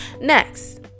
Next